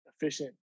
efficient